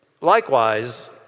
Likewise